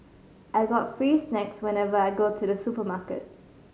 I got free snacks whenever I go to the supermarket